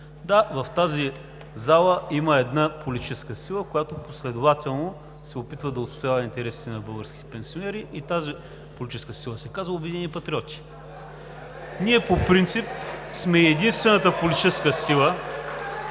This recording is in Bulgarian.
Да, в тази зала има една политическа сила, която последователно се опитва да отстоява интересите на българските пенсионери и тази политическа сила са казва „Обединени патриоти“. (Възгласи и частични ръкопляскания